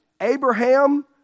Abraham